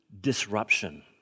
disruption